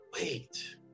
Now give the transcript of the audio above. wait